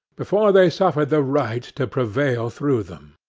before they suffer the right to prevail through them.